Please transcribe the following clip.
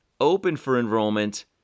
open-for-enrollment